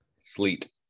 Sleet